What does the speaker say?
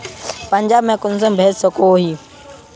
पंजाब में कुंसम भेज सकोही?